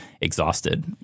exhausted